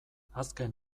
azken